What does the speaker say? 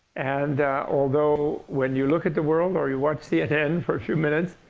and although when you look at the world, or you watch cnn for a few minutes,